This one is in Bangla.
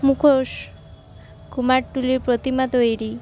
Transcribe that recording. মুখোশ কুমারটুলির প্রতিমা তৈরি